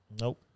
Nope